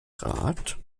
rad